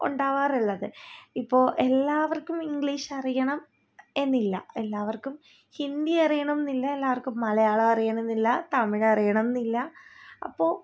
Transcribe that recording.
ഉണ്ടാകാറുള്ളത് ഇപ്പോൾ എല്ലാവർക്കും ഇംഗ്ലീഷ് അറിയണം എന്നില്ല എല്ലാവർക്കും ഹിന്ദി അറിയണമെന്നില്ല എല്ലാവർക്കും മലയാളം അറിയണമെന്നില്ല തമിഴ് അറിയണമെന്നില്ല അപ്പോൾ